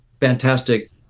fantastic